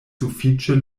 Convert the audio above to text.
sufiĉe